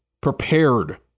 prepared